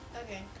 Okay